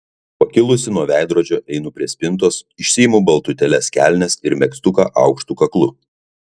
pakilusi nuo veidrodžio einu prie spintos išsiimu baltutėles kelnes ir megztuką aukštu kaklu